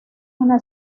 una